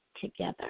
together